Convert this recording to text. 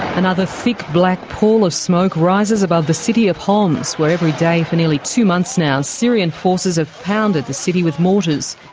another thick black pall of smoke rises above the city of homs where every day for nearly two months now syrian forces have pounded the city with mortars.